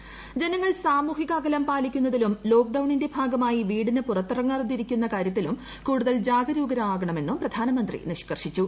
പൂ ജനങ്ങൾ സാമൂഹിക അകലം പാലിക്കുന്നതിലും ലോക്ഡൌണ്ടിന്റെ ഭാഗമായി വീടിനു പുറത്തിറങ്ങാതിരിക്കുന്ന കാര്യത്തിലും കൂടുതൽ ജാഗരൂകരാകണമെന്നും പ്രധാനമുന്നി നിഷ്കർഷിച്ചു